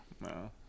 No